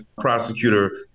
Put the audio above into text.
prosecutor